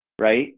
right